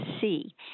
see